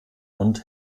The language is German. und